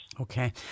Okay